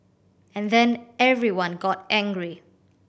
and then everyone got angry